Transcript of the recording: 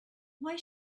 why